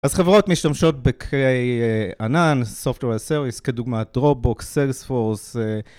אז חברות משתמשות בקריי ענן, סופטרו וסרוויסט, כדוגמת דרובוקס, סלספורס.